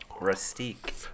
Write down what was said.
Rustique